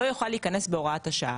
לא יוכל להיכנס בהוראת השעה,